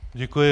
Děkuji.